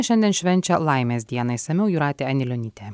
šiandien švenčia laimės dieną išsamiau jūratė anilionytė